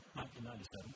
1997